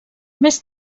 més